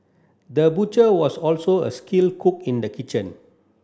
the butcher was also a skilled cook in the kitchen